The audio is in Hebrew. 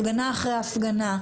הפגנה אחר הפגנה,